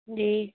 جی